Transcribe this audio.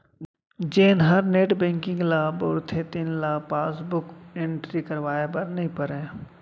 जेन हर net banking ल बउरथे तेन ल पासबुक एंटरी करवाए बर नइ परय